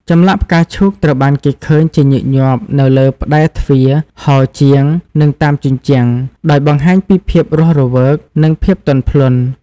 ចម្លាក់ផ្កាឈូកត្រូវបានគេឃើញជាញឹកញាប់នៅលើ ផ្តែរទ្វារ ហោជាង និងតាមជញ្ជាំង ដោយបង្ហាញពីភាពរស់រវើក និងភាពទន់ភ្លន់។